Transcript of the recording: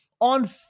on